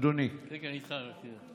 רגע, אני איתך.